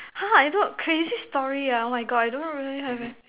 !huh! I thought crazy story ah oh my God I don't really have eh